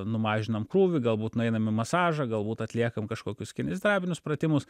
numažinam krūvį galbūt nueinam į masažą galbūt atliekam kažkokius kineziterapinius pratimus